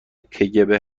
kgb